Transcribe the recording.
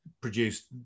produced